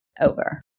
over